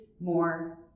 more